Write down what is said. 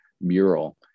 mural